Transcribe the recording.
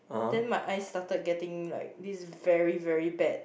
then my eyes started getting like this very very bad